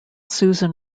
susan